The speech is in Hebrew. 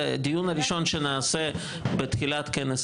הראשון שנעשה בתחילת כנס